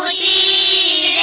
e